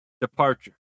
departure